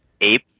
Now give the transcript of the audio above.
ape